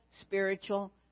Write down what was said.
spiritual